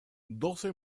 doce